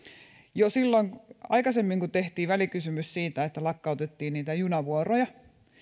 jo silloin aikaisemmin kun tehtiin välikysymys siitä että lakkautettiin junavuoroja